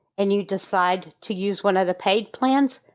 and you decide to use one of the paid plans,